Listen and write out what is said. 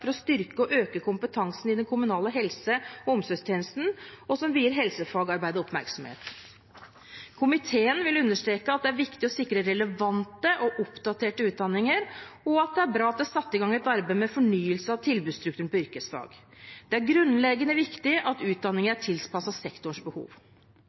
for å styrke og øke kompetansen i den kommunale helse- og omsorgstjenesten og som vier helsefagarbeidet oppmerksomhet. Komiteen vil understreke at det er viktig å sikre relevante og oppdaterte utdanninger, og at det er bra at det er satt i gang et arbeid med fornyelse av tilbudsstrukturen på yrkesfag. Det er grunnleggende viktig at utdanningene er tilpasset sektorens behov.